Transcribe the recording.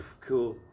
Cool